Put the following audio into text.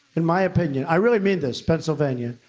in my opinion, i really mean this, pennsylvania,